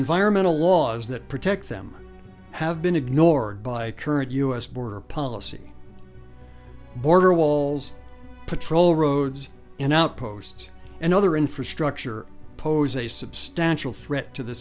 environmental laws that protect them have been ignored by current u s border policy border walls patrol roads in outposts and other infrastructure pose a substantial threat to the